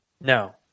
No